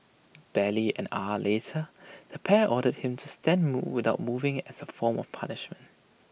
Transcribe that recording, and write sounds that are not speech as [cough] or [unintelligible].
barely an hour later the pair ordered him to stand [unintelligible] without moving as A form of punishment